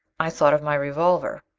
i thought of my revolver.